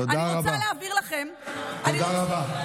אני רוצה להעביר לכם, תודה רבה.